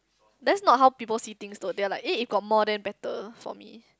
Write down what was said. that's not how people see things though they are like eh if got more then better for me